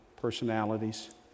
personalities